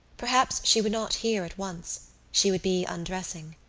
perhaps she would not hear at once she would be undressing.